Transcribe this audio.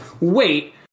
wait